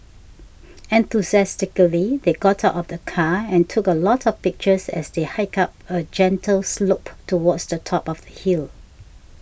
enthusiastically they got out of the car and took a lot of pictures as they hiked up a gentle slope towards the top of the hill